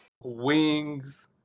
Wings